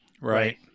Right